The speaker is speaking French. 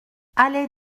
allée